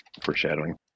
foreshadowing